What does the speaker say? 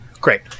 great